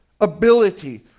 ability